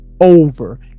over